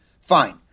Fine